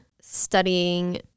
studying